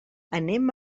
anem